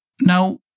Now